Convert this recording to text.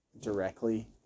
directly